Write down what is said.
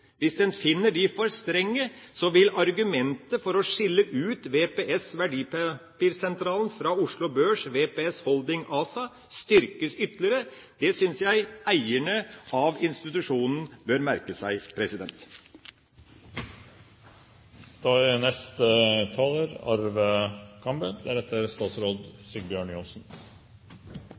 for strenge, vil argumentet for å skille ut VPS, Verdipapirsentralen, fra Oslo Børs VPS Holding ASA styrkes ytterligere. Det syns jeg eierne av institusjonen bør merke seg.